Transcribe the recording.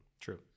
True